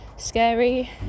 scary